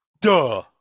Duh